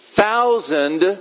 thousand